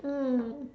mm